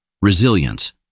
Resilience